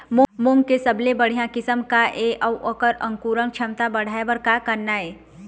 मूंग के सबले बढ़िया किस्म का ये अऊ ओकर अंकुरण क्षमता बढ़ाये बर का करना ये?